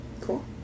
cool